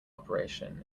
operation